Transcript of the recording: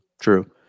true